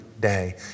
day